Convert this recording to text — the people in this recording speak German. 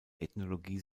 ethnologie